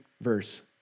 verse